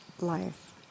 life